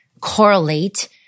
correlate